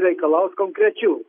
reikalaut konkrečių